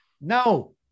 No